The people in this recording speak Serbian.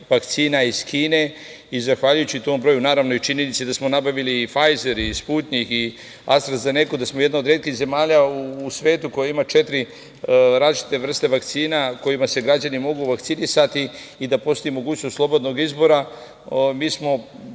vakcina iz Kine. Zahvaljujući tom broju, naravno, i činjenici da smo nabili i „fajzer“ i „sputnjik“ i „astra zeneku“, da smo jedna od retkih zemalja u svetu koja ima četiri različite vrste vakcina kojima se građani mogu vakcinisati i da postoji mogućnost slobodnog izbora.